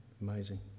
Amazing